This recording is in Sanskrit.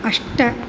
अष्ट